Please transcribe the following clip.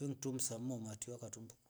wetumisa mo matio yakatumbuka.